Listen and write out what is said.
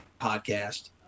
podcast